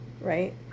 right